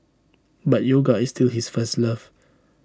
but yoga is still his first love